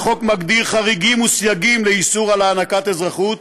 החוק מגדיר חריגים וסייגים לאיסור על הענקת אזרחות,